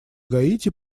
гаити